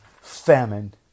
famine